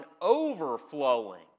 overflowing